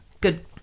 Good